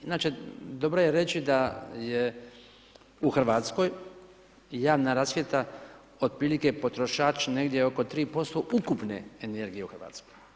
Inače, dobro je reći da je u Hrvatskoj javna rasvjeta, otprilike potrošač negdje oko 3% ukupne energije u Hrvatskoj.